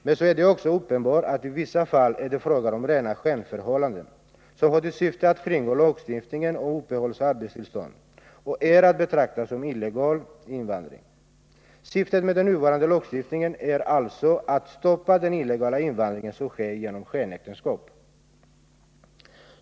Men det är också uppenbart att det i vissa fall är fråga om rena skenförhållanden, som har till syfte att kringgå lagstiftningen om uppehållsoch arbetstillstånd och är att betrakta som illegal invandring. Syftet med den nuvarande lagstiftningen är alltså att stoppa den illegala invandring som sker genom skenäktenskap.